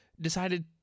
decided